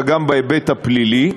אלא גם בהיבט הפלילי,